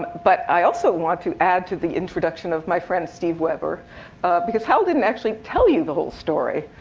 but i also want to add to the introduction of my friend steve weber because hal didn't actually tell you the whole story.